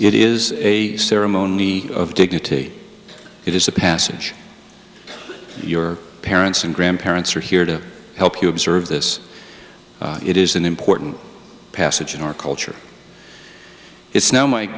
it is a ceremony of dignity it is a passage your parents and grandparents are here to help you observe this it is an important passage in our culture it's now my